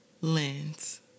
lens